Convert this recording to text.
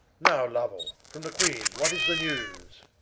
now louel, from the queene what is the newes